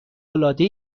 العاده